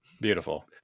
Beautiful